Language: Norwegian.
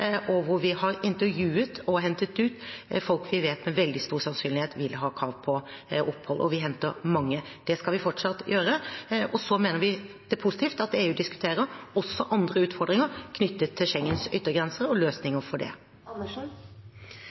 hvor vi har intervjuet og hentet ut folk vi vet med veldig stor sannsynlighet vil ha krav på opphold. Og vi henter mange. Det skal vi fortsatt gjøre, og så mener vi det er positivt at EU diskuterer også andre utfordringer knyttet til Schengens yttergrenser og løsninger for det.